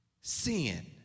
sin